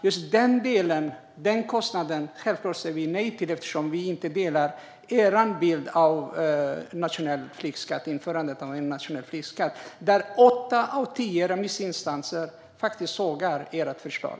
Just den kostnaden säger vi självklart nej till eftersom vi inte delar er bild av vad införandet av en nationell flygskatt innebär. Åtta av tio remissinstanser har faktiskt sågat ert förslag.